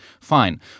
Fine